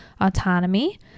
autonomy